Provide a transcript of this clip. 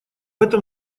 этом